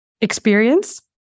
experience